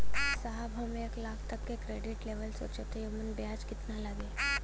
साहब हम एक लाख तक क क्रेडिट कार्ड लेवल सोचत हई ओमन ब्याज कितना लागि?